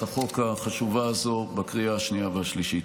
החוק החשובה הזו בקריאה השנייה והשלישית.